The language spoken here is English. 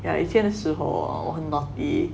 yeah 以前的时候我很 naughty